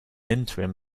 interim